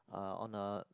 uh on a